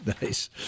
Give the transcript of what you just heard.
nice